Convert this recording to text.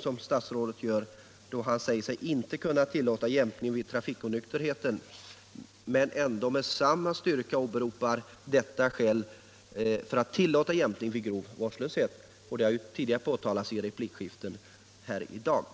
som statsrådet Lidbom gör då han säger sig inte tillåta jämkning vid trafikonykterhet och sedan åberopar samma skäl för att tillåta jämkning vid grov vårdslöshet — det har också tidigare påtalats vid replikskiftena i dag.